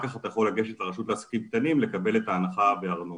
כך אתה יכול לגשת לרשות לעסקים קטנים לקבל את ההנחה בארנונה.